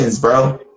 bro